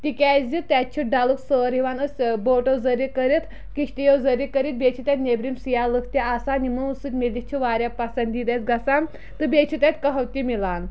تِکیٛازِ تَتہِ چھُ ڈلُک سٲر یِوان أسۍ بوٹو ذٔریعہِ کٔرِتھ کِشتیو ذٔریعہِ کٔرِتھ بیٚیہِ چھِ تَتہِ نیٚبرِم سِیا لوٗکھ تہِ آسان یِمو سۭتۍ میٖلِتھ چھِ واریاہ پَسنٛدیٖدٕ اَسہِ گَژھان تہٕ بیٚیہِ چھِ تَتہِ قَہوٕ تہِ میلان